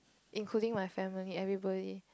including my family everybody